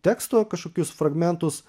teksto kažkokius fragmentus